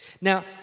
Now